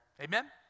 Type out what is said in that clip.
Amen